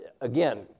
again